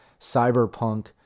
cyberpunk